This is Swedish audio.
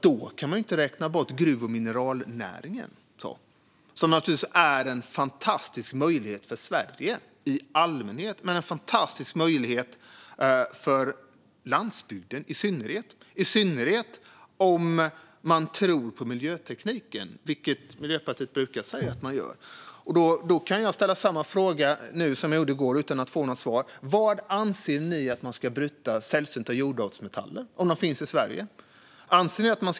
Då kan man inte räkna bort gruv och mineralnäringen, som givetvis är en fantastisk möjlighet för Sverige i allmänhet och för landsbygden i synnerhet - särskilt om man tror på miljöteknik, vilket ni i Miljöpartiet brukar säga att ni gör. Låt mig ställa samma fråga som jag ställde i går utan att få svar: Var anser ni att man ska bryta sällsynta jordartsmetaller?